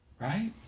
Right